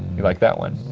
you like that one?